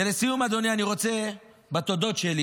ולסיום, אדוני, אני רוצה בתודות שלי